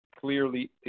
clearly